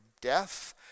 death